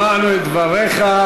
שמענו את דבריך.